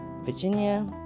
Virginia